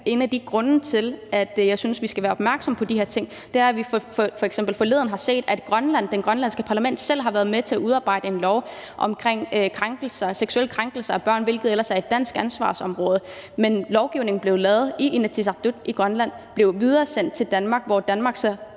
en af de grunde til, at jeg synes, vi skal være opmærksom på de her ting, er, at vi forleden f.eks. har set, at det grønlandske parlament selv har været med til at udarbejde en lov om seksuelle krænkelser af børn, hvilket ellers er et dansk ansvarsområde. Men lovgivningen blev lavet i Inatsisartut i Grønland og blev videresendt til Danmark, hvor Danmark